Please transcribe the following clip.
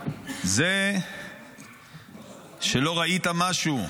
--- זה לא שלא ראית משהו.